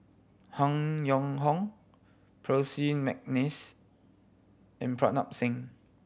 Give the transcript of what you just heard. Han Yong Hong Percy McNeice and Pritam Singh